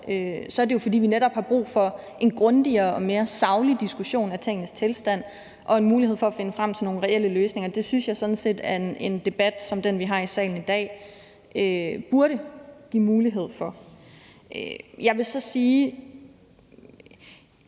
er det jo, fordi vi netop har brug for en grundigere og mere saglig diskussion om tingenes tilstand og en mulighed for at finde frem til nogle reelle løsninger. Det synes jeg sådan set at en debat som den, vi har i salen i dag, burde give mulighed for. Jeg vil så sige,